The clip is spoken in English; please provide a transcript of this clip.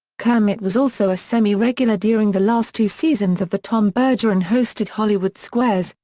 kermit was also a semi-regular during the last two seasons of the tom bergeron-hosted hollywood squares,